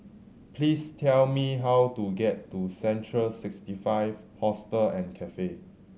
please tell me how to get to Central Sixty Five Hostel and Cafe